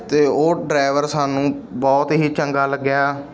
ਅਤੇ ਉਹ ਡਰਾਇਵਰ ਸਾਨੂੰ ਬਹੁਤ ਹੀ ਚੰਗਾ ਲੱਗਿਆ